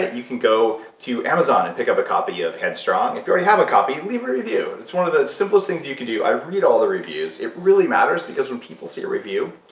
you can go to amazon and pick up a copy of headstrong. if you already have a copy, leave a review. it's one of the simplest things you can do. i read all the reviews. it really matters, because when people see a review,